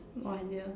no idea